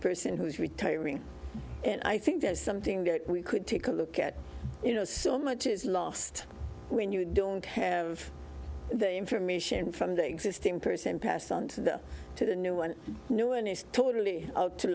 person who is retiring and i think that is something that we could take a look at you know so much is lost when you don't have the information from the existing person passed on to the to the new one no one is totally out to